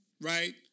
right